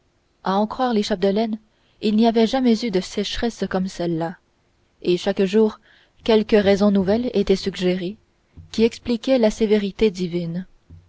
à en croire les chapdelaine il n'y avait jamais eu de sécheresse comme celle-là et chaque jour quelque raison nouvelle était suggérée qui expliquait la sévérité divine